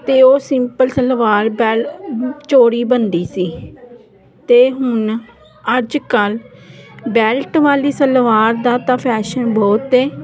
ਅਤੇ ਉਹ ਸਿੰਪਲ ਸਲਵਾਰ ਬ ਚੋਰੀ ਬਣਦੀ ਸੀ ਅਤੇ ਹੁਣ ਅੱਜ ਕੱਲ੍ਹ ਬੈਲਟ ਵਾਲੀ ਸਲਵਾਰ ਦਾ ਤਾਂ ਫੈਸ਼ਨ ਬਹੁਤ ਹੈ